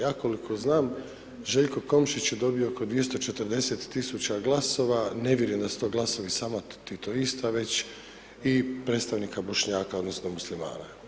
Ja koliko znam Željko Komšić je dobio oko 240.000 glasova ne vjerujem da su to glasovi samo titoista već i predstavnika bošnjaka odnosno muslimana.